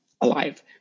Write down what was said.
alive